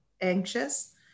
anxious